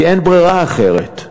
כי אין ברירה אחרת.